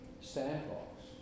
sandbox